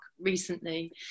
recently